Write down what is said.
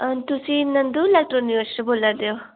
हां तुसी नंदू इलैक्ट्रिशन बोल्ला दे ओ